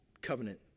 covenant